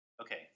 Okay